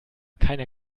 keiner